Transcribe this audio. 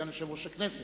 סגן-יושב ראש הכנסת,